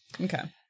Okay